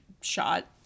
shot